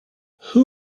who